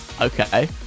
Okay